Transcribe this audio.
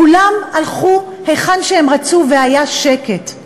כולם הלכו היכן שהם רצו, והיה שקט.